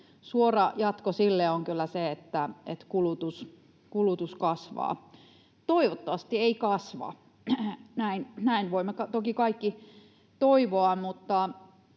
suora jatko sille on kyllä se, että kulutus kasvaa. Toivottavasti ei kasva, näin voimme toki kaikki toivoa,